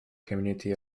community